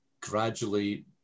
gradually